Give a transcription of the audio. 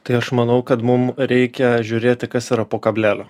tai aš manau kad mum reikia žiūrėti kas yra po kablelio